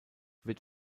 wird